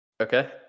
Okay